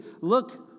look